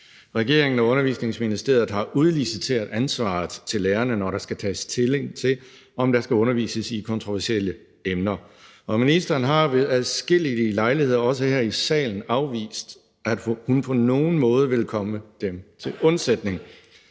Regeringen og Undervisningsministeriet har udliciteret ansvaret til lærerne, når der skal tages stilling til, om der skal undervises i kontroversielle emner. Og ministeren har ved adskillige lejligheder, også her i salen, afvist, at hun på nogen måde vil komme dem til undsætning.